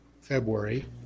February